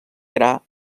gra